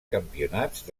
campionats